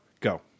Go